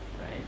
right